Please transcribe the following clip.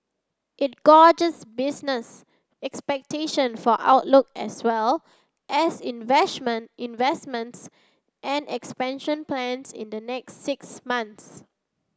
it gauges business expectation for outlook as well as investment investments and expansion plans in the next six months